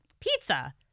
pizza